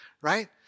Right